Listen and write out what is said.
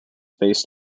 based